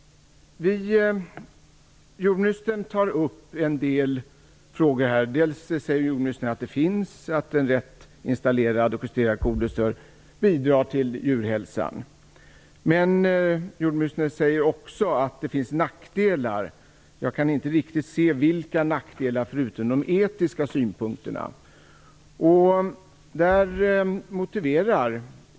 Jordbruksministern tar upp en del frågor. Hon säger att en rätt installerad och justerad kodressör bidrar till djurhälsan. Men jordbruksministern säger också att det finns nackdelar. Jag kan inte riktigt se vilka nackdelarna är förutom de etiska synpunkterna.